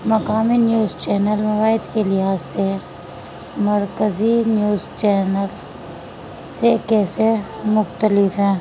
مقامی news channel مواد کے لحاظ سے مرکزی نیوز چینل سے کیسے مختلف ہیں